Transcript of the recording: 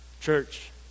Church